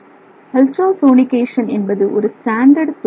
அல்ட்ராசோனிக்கேசன் என்பது ஒரு ஸ்டாண்டர்ட் தொழில்நுட்பம்